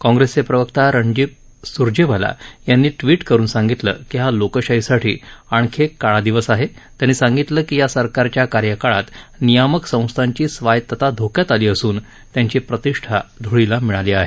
काँप्रेसचे प्रवक्ता रणदीप सुरजेवाला यांनी ट्वीट करुन सांगितलं की हा लोकशाहीसाठी आणखीन एक काळा दिवस आहे त्यांनी सांगितलं की या सरकारच्या कार्यकाळात नियामक संस्थाची स्वायत्ता धोक्यात आली असून त्यांची प्रतिष्ठा धूळीस मिळाली आहे